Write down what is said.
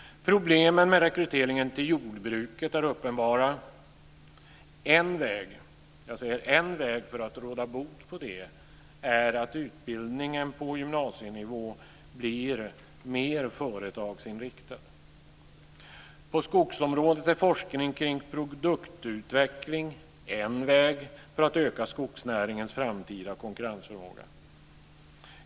Problemen med rekryteringen till jordbruket är uppenbara. En väg för att råda bot på det är att utbildningen på gymnasienivå blir mer företagsinriktad. På skogsområdet är forskning kring produktutveckling en väg för att öka skogsnäringens framtida konkurrensfråga. Fru talman!